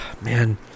man